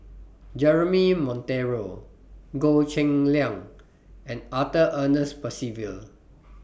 Jeremy Monteiro Goh Cheng Liang and Arthur Ernest Percival